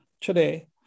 today